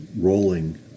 rolling